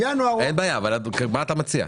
אין בעיה, אז מה אתה מציע?